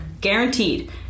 Guaranteed